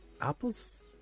Apple's